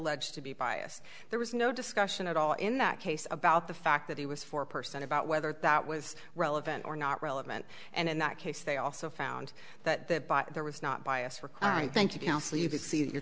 eged to be biased there was no discussion at all in that case about the fact that he was four percent about whether that was relevant or not relevant and in that case they also found that there was not bias for crying thank you counsel you